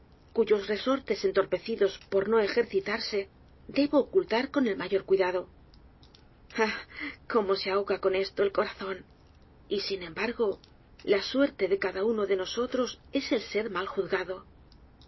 cuyos resortes entorpecidos por no ejercitarse debo ocultar con el mayor cuidado ah como se ahoga con estb el corazón y sin embargo la suerte de cada uno de nosotros es el ser mal juzgado